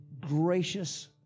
gracious